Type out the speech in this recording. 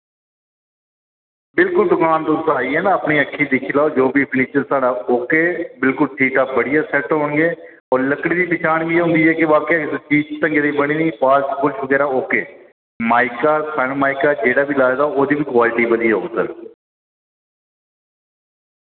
बिल्कुल दुकान दे उप्पर आइयै ना अपनी अक्खीं दिक्खी लाओ जो बि फर्नीचर साढ़ा ओके बिल्कुल ठीक ठाक बढ़िया सैट होन गे और लकड़ी दी पैह्चान बी होंदी ऐ वाकई चीज ढंगे दी बनी दी पालश पुलश बगैरा ओके माइका सन माइका जेह्ड़ा बी लाए दा हो ओह्दी बी क्वालिटी बधिया होग सर